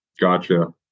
Gotcha